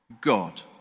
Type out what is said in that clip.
God